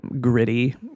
gritty